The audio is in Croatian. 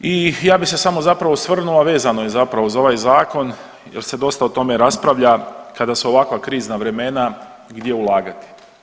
I ja bi se samo zapravo osvrnuo, a vezano je za ovaj zakon jel se dosta o tome raspravlja kada su ovakva krizna vremena gdje ulagati.